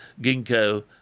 Ginkgo